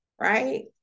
Right